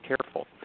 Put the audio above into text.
careful